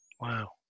Wow